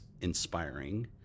inspiring